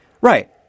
Right